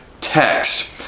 text